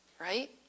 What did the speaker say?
right